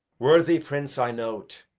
worthy prince, i know't.